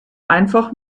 einfach